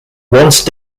once